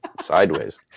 sideways